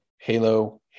Halo